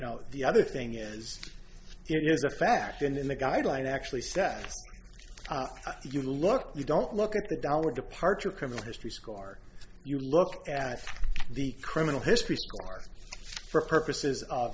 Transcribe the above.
know the other thing is here's a fact in the guideline actually said if you look you don't look at the dollar departure criminal history score you look at the criminal history for purposes of